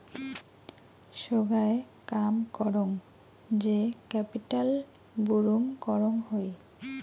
সোগায় কাম করং যে ক্যাপিটাল বুরুম করং হই